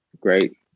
Great